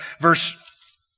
verse